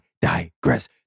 digress